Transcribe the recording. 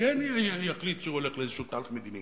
וכן יחליט שהוא הולך לאיזה תהליך מדיני